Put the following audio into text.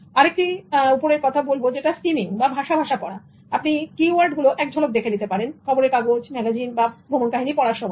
আরেকটি উপরের কথা বলব যেটা স্কিমিং বা ভাসা ভাসা পড়া আপনি কি ওয়ার্ড গুলো এক ঝলক দেখে নিতে পারেন খবরের কাগজ ম্যাগাজিন বা ভ্রমণ কাহিনী পড়ার সময়